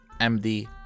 MD